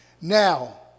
now